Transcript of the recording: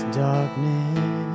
darkness